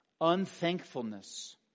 unthankfulness